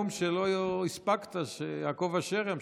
אולי זה הנאום שלא הספקת, שיעקב אשר ימשיך.